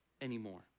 anymore